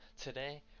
Today